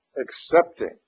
accepting